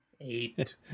eight